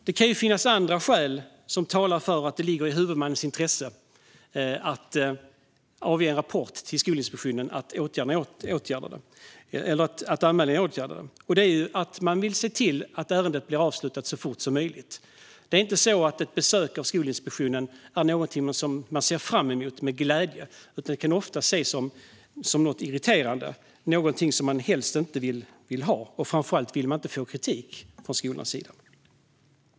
Det kan också finnas andra skäl som talar för att det ligger i huvudmannens intresse att avge rapport till Skolinspektionen om att anmälningarna är åtgärdade, och det är att man vill se till att ärendet avslutas så fort som möjligt. Det är inte så att ett besök av Skolinspektionen är någonting som man ser fram emot med glädje, utan det kan ofta ses som något irriterande och någonting som man helst inte vill ha. Framför allt vill skolan inte få kritik.